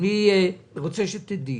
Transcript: אני רוצה שתדעי,